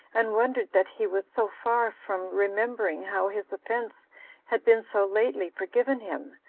and wondered that he was so far from remembering how his offense had been so lately forgiven him,